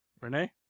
Renee